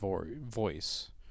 voice